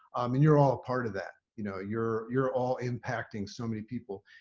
and you're all part of that. you know, you're you're all impacting so many people.